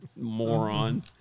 moron